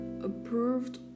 approved